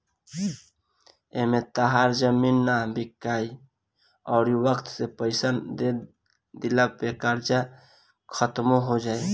एमें तहार जमीनो ना बिकाइ अउरी वक्त से पइसा दे दिला पे कर्जा खात्मो हो जाई